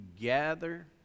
gather